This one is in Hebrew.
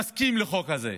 יסכים לחוק הזה,